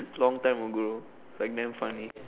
long time ago like damn funny